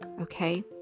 okay